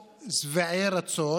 והרזה".